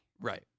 Right